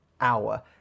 hour